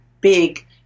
big